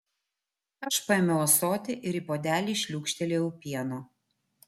aš paėmiau ąsotį ir į puodelį šliūkštelėjau pieno